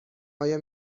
آیا